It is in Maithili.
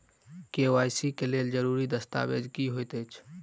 के.वाई.सी लेल जरूरी दस्तावेज की होइत अछि?